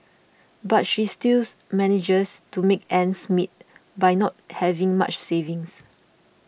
but she stills manages to make ends meet by not having much savings